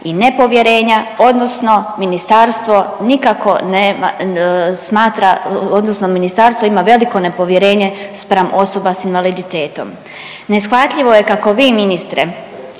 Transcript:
nema, smatra, odnosno ministarstvo ima veliko nepovjerenje spram osoba s invaliditetom. Neshvatljivo je kako vi ministre